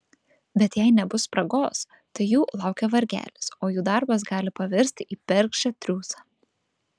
bet jei nebus spragos tai jų laukia vargelis o jų darbas gali pavirsti į bergždžią triūsą